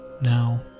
Now